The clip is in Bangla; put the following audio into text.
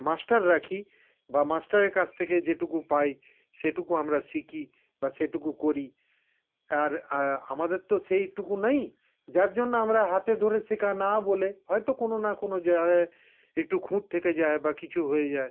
মাস্টার রাখি বা মাস্টারের কাছ থেকে যেটুকু পাই সেটুকু আমরা শিখি বা সেটুকু করি আর আমাদের তো সেইটুকু নেই যার জন্য আমরা হাতে ধরে শেখা না বলে হয়তো কোনো না কোনো জায়গায় একটু খুঁত থেকে যায় বা কিছু হয়ে যায়